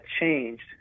changed